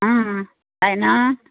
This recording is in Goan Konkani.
आ जायना